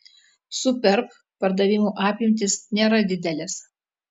superb pardavimų apimtys nėra didelės